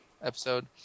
Episode